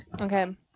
Okay